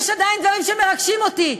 יש עדיין דברים שמרגשים אותי.